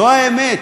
זו האמת,